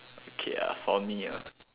okay ah for me ah